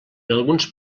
alguns